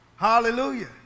Hallelujah